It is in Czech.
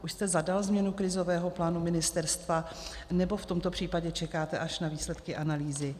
Už jste zadal změnu krizového plánu ministerstva, nebo v tomto případě čekáte až na výsledky analýzy?